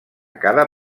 cada